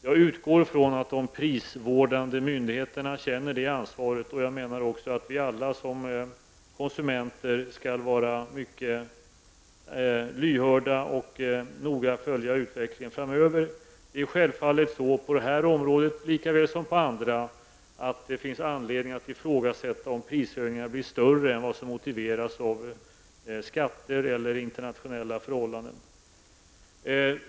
Jag utgår från att de prisvårdande myndigheterna känner det ansvaret, och jag menar också att vi alla som konsumenter skall vara mycket lyhörda och noga följa utvecklingen framöver. Det finns på detta område likaväl som på andra anledning att ifrågasätta om prishöjningarna skall bli större än vad som motiveras av skatter och internationella förhållanden.